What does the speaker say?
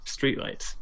streetlights